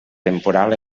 temporal